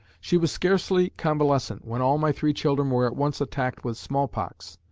she was scarcely convalescent when all my three children were at once attacked with smallpox.